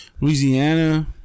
Louisiana